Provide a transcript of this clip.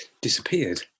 disappeared